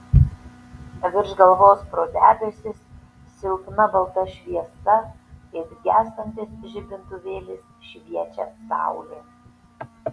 virš galvos pro debesis silpna balta šviesa it gęstantis žibintuvėlis šviečia saulė